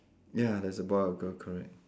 ya there's a boy or girl correct